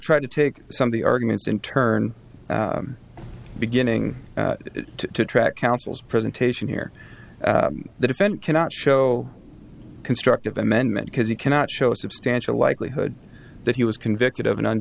try to take some of the arguments in turn beginning to track counsel's presentation here the defendant cannot show constructive amendment because he cannot show substantial likelihood that he was convicted of an